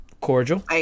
cordial